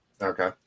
Okay